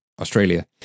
Australia